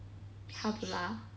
how to ah